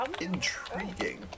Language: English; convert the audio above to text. Intriguing